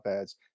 ads